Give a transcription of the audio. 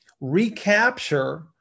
recapture